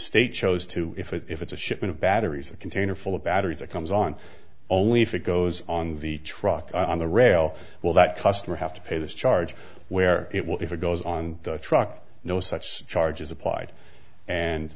state chose to if it's a shipment of batteries a container full of batteries that comes on only if it goes on the truck on the rail well that customer have to pay this charge where it will if it goes on the truck no such charge is applied and